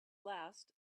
last